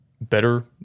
better